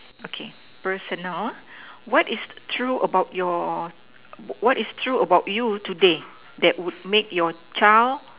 okay personal ah what is true about your what is true about you today that will make your child